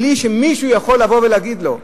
בלי שמישהו יכול לבוא ולהגיד לו.